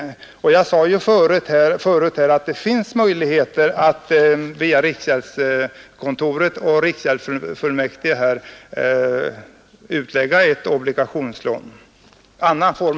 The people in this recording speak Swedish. Som jag också tidigare framhållit finns det möjligheter att via riksgäldskontoret och riksgäldsfullmäktige utlägga obligationslån i annan form.